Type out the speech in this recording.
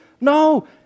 No